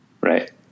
right